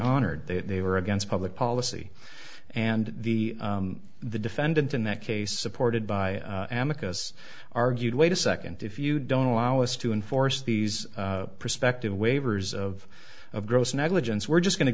honored that they were against public policy and the the defendant in that case supported by ameco us argued wait a second if you don't allow us to enforce these prospective waivers of of gross negligence we're just going to